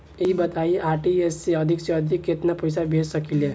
ई बताईं आर.टी.जी.एस से अधिक से अधिक केतना पइसा भेज सकिले?